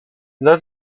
dla